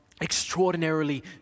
extraordinarily